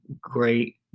great